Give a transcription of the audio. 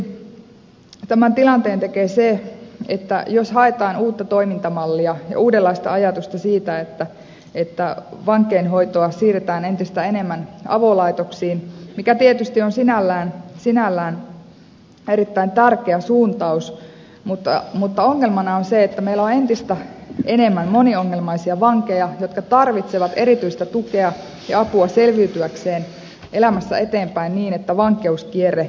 mielenkiintoiseksi tämän tilanteen tekee se jos haetaan uutta toimintamallia ja uudenlaista ajatusta siitä että vankeinhoitoa siirretään entistä enemmän avolaitoksiin mikä tietysti on sinällään erittäin tärkeä suuntaus mutta ongelmana on se että meillä on entistä enemmän moniongelmaisia vankeja jotka tarvitsevat erityistä tukea ja apua selviytyäkseen elämässä eteenpäin niin että vankeuskierre lakkaisi